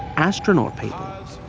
astronaut people.